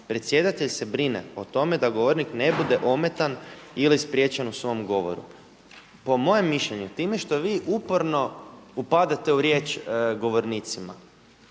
Predsjedatelj se brine o tome da govornik ne bude ometan ili spriječen u svom govoru.“ Po mojem mišljenju time što vi uporno upadate u riječ govornicima